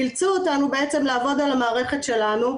אילצו אותנו בעצם לעבוד על המערכת שלנו,